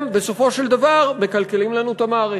הם בסופו של דבר מקלקלים לנו את המערכת.